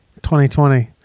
2020